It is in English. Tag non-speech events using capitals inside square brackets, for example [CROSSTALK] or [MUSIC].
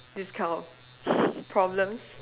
this kind of [LAUGHS] problems